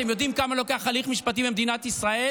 אתם יודעים כמה זמן לוקח הליך משפטי במדינת ישראל?